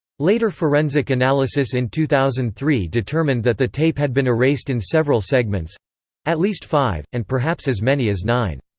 later forensic analysis in two thousand and three determined that the tape had been erased in several segments at least five, and perhaps as many as nine.